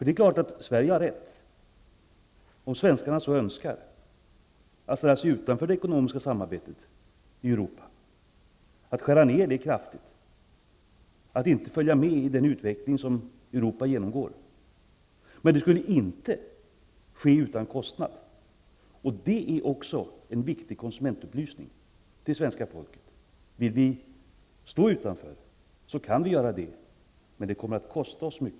Det är klart att Sverige, om svenskarna så önskar, har rätt att ställa sig utanför det ekonomiska samarbetet i Europa, att kraftigt skära ner det och inte följa med i den utveckling som Europa genomgår. Men det skulle inte ske utan kostnad, och också det är en viktig konsumentupplysning till svenska folket. Vill vi stå utanför kan vi göra det, men det kommer att kosta oss mycket.